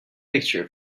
picture